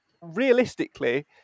Realistically